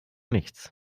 nichts